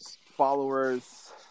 followers